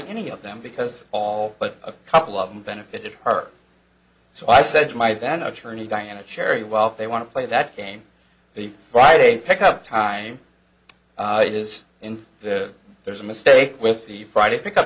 any of them because all but a couple of them benefited her so i said to my then attorney diana cherry well they want to play that game the friday pick up time it is in the there's a mistake with the friday pickup